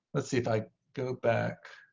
let's see. if i go back.